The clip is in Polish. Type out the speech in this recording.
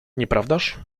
nieprawdaż